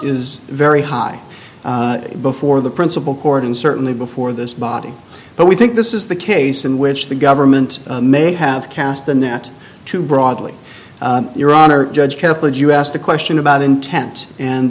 is very high before the principal court and certainly before this body but we think this is the case in which the government may have cast the net too broadly your honor judge careful and you asked the question about intent and